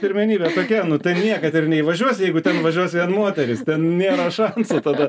pirmenybė tokia nu tai niekad ir neįvažiuosi jeigu ten važiuos vien moterys ten nėra šansų tada